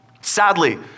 Sadly